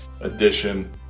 edition